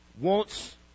wants